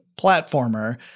platformer